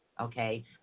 okay